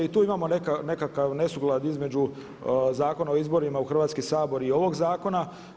I tu imamo nekakav nesuglad između Zakona o izborima u Hrvatski sabor i ovog zakona.